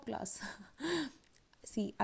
See